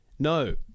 No